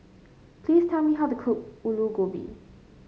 please tell me how to cook Aloo Gobi